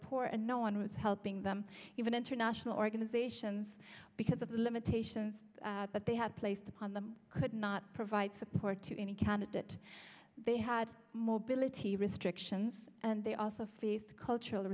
poor and no one was helping them even international organizations because of the limitations that they had placed upon them could not provide support to any candidate they had mobility restrictions and they also faced cultural